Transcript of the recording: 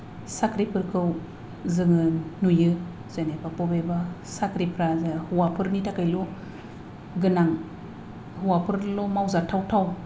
साख्रिफोरखौ जोङो नुयो जेनेबा बबेबा साख्रिफ्रा जा हौवाफोरनि थाखायल' गोनां हौवाफोरल' मावजाथावथाव